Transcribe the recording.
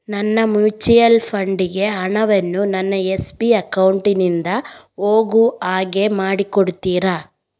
ನನ್ನ mutual fund ಗೆ ಹಣ ವನ್ನು ನನ್ನ ಎಸ್.ಬಿ ಅಕೌಂಟ್ ನಿಂದ ಹೋಗು ಹಾಗೆ ಮಾಡಿಕೊಡುತ್ತೀರಾ?